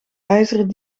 ijzeren